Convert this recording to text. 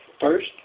first